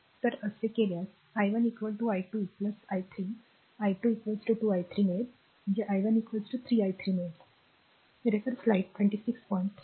तर तसे केल्यास i 1 i2 i 3 i2 2 i 3 मिळेल i 1 3 i 3